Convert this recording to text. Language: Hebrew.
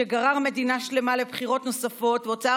שגרר מדינה שלמה לבחירות נוספות והוצאה